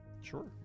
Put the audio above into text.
Sure